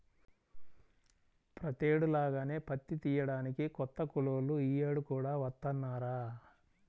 ప్రతేడు లాగానే పత్తి తియ్యడానికి కొత్త కూలోళ్ళు యీ యేడు కూడా వత్తన్నారా